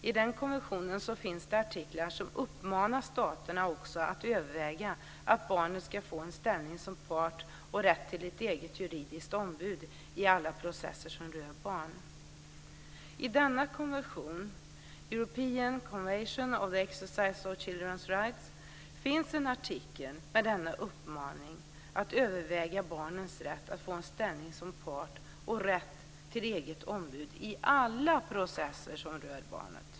I den konventionen finns det artiklar som uppmanar staterna att överväga att ge barnet en ställning som part och rätt till ett eget juridiskt ombud i alla processer som rör barn. I denna konvention, European Convention on the Excercise of Children s Rights, finns en artikel med uppmaningen att överväga barnens rätt att få en ställning som part och rätt till eget ombud i alla processer som rör barnet.